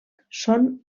són